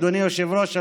אדוני היושב-ראש,